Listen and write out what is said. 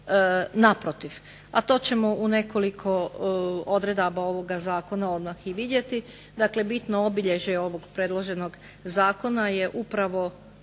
Naprotiv, a to ćemo u nekoliko odredaba ovoga Zakona odmah i vidjeti. Dakle, bitno obilježje ovog predloženog zakona je upravo